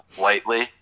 lightly